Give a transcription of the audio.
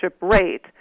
rate